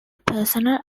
personnel